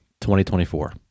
2024